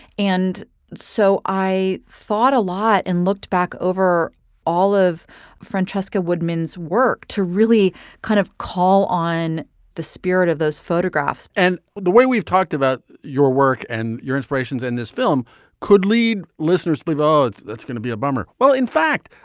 and so i thought a lot and looked back over all of francesca woodman's work to really kind of call on the spirit of those photographs and the way we've talked about your work and your inspirations in this film could lead. listeners, we've all that's gonna be a bummer. well, in fact,